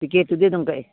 ꯇꯤꯛꯀꯦꯠꯇꯨꯗꯤ ꯑꯗꯨꯝ ꯀꯛꯏ